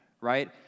Right